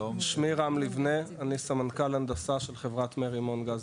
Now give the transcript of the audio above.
שמי רם ליבנה, אני סמנכ"ל הנדסה של חברת מרימון גז